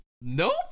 nope